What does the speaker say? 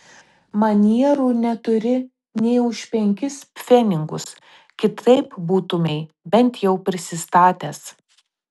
manierų neturi nė už penkis pfenigus kitaip būtumei bent jau prisistatęs